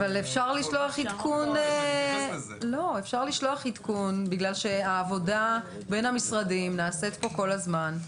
אבל אפשר לשלוח עדכון בגלל שהעבודה בין המשרדים נעשית פה כל הזמן.